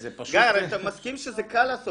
גיא, הרי אתה מסכים שזה קל לעשות.